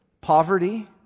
poverty